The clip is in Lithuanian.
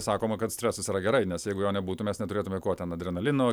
sakoma kad stresas yra gerai nes jeigu jo nebūtų mes neturėtume ko ten adrenalino